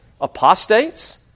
apostates